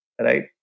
right